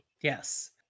Yes